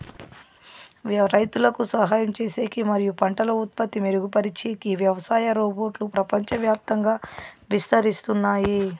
రైతులకు సహాయం చేసేకి మరియు పంటల ఉత్పత్తి మెరుగుపరిచేకి వ్యవసాయ రోబోట్లు ప్రపంచవ్యాప్తంగా విస్తరిస్తున్నాయి